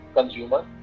Consumer